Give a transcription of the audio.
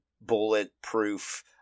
bulletproof